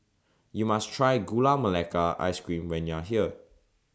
YOU must Try Gula Melaka Ice Cream when YOU Are here